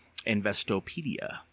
Investopedia